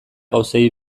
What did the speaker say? gauzei